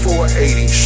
480